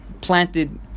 planted